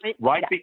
Right